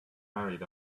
married